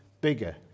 bigger